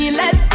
let